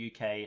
uk